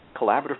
collaborative